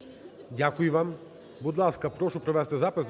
ГОЛОВУЮЧИЙ. Дякую вам. Будь ласка, прошу провести запис: